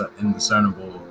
indiscernible